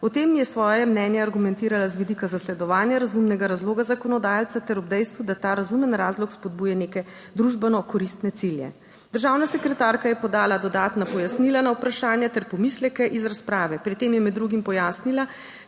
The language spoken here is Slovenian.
O tem je svoje mnenje argumentirala z vidika zasledovanja razumnega razloga zakonodajalca ter ob dejstvu, da ta razumen razlog spodbuja neke družbeno koristne cilje. Državna sekretarka je podala dodatna pojasnila na vprašanja ter pomisleke iz razprave. Pri tem je med drugim pojasnila